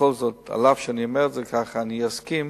בכל זאת, אף שאני אומר את זה כך, אני אסכים